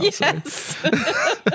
Yes